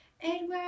Edward